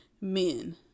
Men